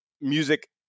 music